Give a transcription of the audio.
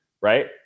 right